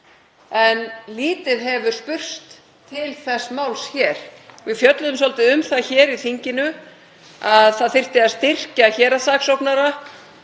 en lítið hefur spurst til þess máls hér. Við fjölluðum svolítið um það hér í þinginu að það þyrfti að styrkja héraðssaksóknara